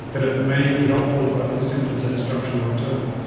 that it may be helpful both for symptoms and structure long term.